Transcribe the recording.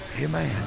Amen